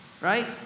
right